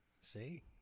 See